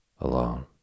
Alone